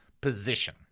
position